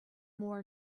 more